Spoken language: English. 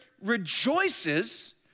rejoices